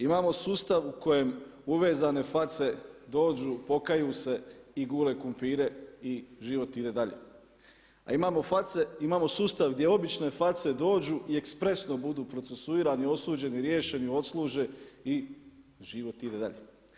Imamo sustav u kojem uvezane face dođu, pokaju se i gule krumpire i život ide dalje, a imamo sustav gdje obične face dođu i ekspresno budu procesuirani, osuđeni, riješeni, odsluže i život ide dalje.